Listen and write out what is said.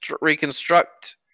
reconstruct